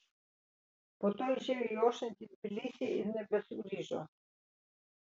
po to išėjo į ošiantį tbilisį ir nebesugrįžo